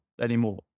anymore